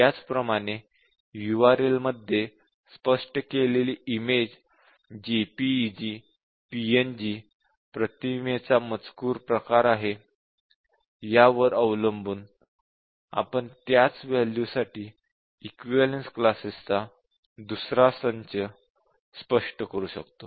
त्याचप्रमाणे URL मध्ये स्पष्ट केलेली इमेज जेपीईजी पीएनजी प्रतिमेचा मजकूर प्रकार आहे यावर अवलंबून आपण त्याच इनपुट वॅल्यूसाठी इक्विवलेन्स क्लासेस चा दुसरा संच स्पष्ट करू शकतो